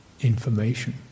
information